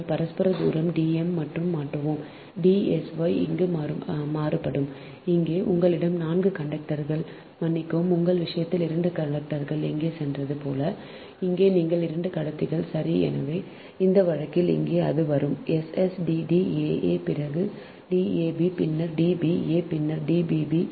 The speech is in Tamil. நாங்கள் பரஸ்பர தூரம் D m மட்டும் மாற்றுவோம் D sy இங்கு மாறுபடும் இங்கே உங்களிடம் 4 கண்டக்டர்கள் மன்னிக்கவும் உங்கள் விஷயத்தில் 2 கண்டக்டர்கள் இங்கே சென்றது போல இங்கே நீங்கள் 2 கடத்திகள் சரி எனவே இந்த வழக்கில் இங்கே அது வரும் s s D D a a பிறகு D a b பின்னர் D b a பின்னர் D b b